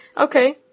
Okay